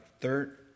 Third